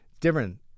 Different